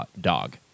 Dog